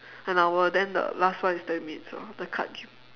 an hour then the last one is ten minutes so the cards